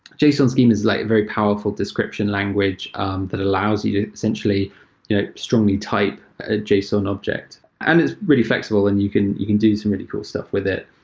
json schema is like very powerful description language that allows you to essentially strongly type a json object, and it's really flexible and you can you can do some really cool stuff with it.